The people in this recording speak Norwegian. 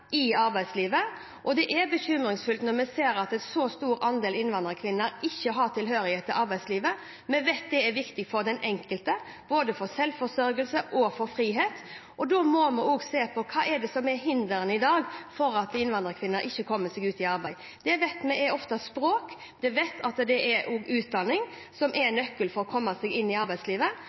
i arbeidslivet, og det er bekymringsfullt når vi ser at en så stor andel innvandrerkvinner ikke har tilhørighet til arbeidslivet. Vi vet at det er viktig for den enkelte, både for selvforsørgelse og for frihet, og da må vi se på hva som er hindrene i dag med hensyn til at innvandrerkvinner ikke kommer seg ut i arbeid. Vi vet at det ofte er språk og utdanning som er nøkkelen for å komme seg inn i arbeidslivet.